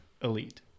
elite